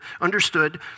understood